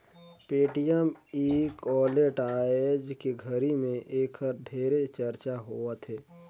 Paytm e wallet आयज के घरी मे ऐखर ढेरे चरचा होवथे